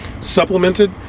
supplemented